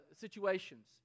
situations